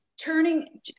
turning